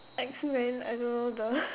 X Men I don't know the